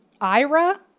Ira